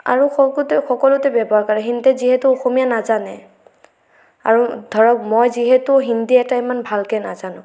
আৰু সকলোতে ব্যৱহাৰ কৰে যিহেতু অসমীয়া নাজানে আৰু ধৰক মই যিহেতু হিন্দী এটা ইমান ভালকে নাজানো